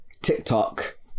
TikTok